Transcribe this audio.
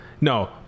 No